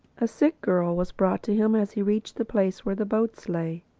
a sick girl was brought to him as he reached the place where the boats lay.